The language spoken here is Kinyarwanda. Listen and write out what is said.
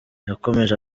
yakomeje